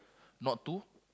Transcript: not to